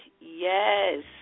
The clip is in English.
Yes